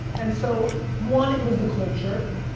and so one was the culture,